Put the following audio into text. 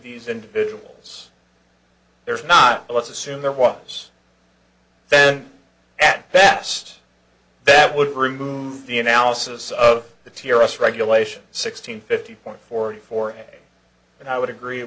these individuals there's not let's assume there was then at best that would remove the analysis of the tear us regulation six hundred fifty point four four and i would agree it